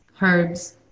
herbs